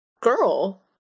girl